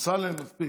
אמסלם, אמסלם, מספיק.